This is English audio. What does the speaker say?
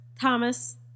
Thomas